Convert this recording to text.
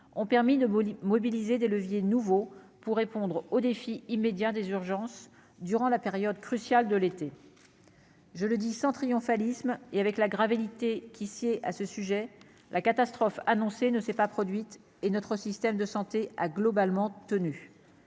ont permis de mobiliser des leviers nouveaux pour répondre au défi immédiat des urgences durant la période cruciale de l'été. Je le dis sans triomphalisme et avec la gravité qui sied à ce sujet la catastrophe annoncée, ne s'est pas produite. Et notre système de santé a globalement tenu